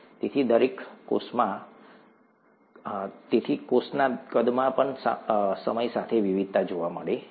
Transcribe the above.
તેથી કોષના કદમાં પણ સમય સાથે વિવિધતા જોવા મળે છે